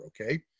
okay